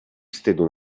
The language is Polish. wstydu